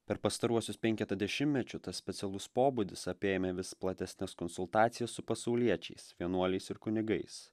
per pastaruosius penketą dešimtmečių tas specialus pobūdis apėmė vis platesnes konsultacijas su pasauliečiais vienuoliais ir kunigais